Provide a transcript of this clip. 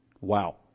Wow